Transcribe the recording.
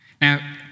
Now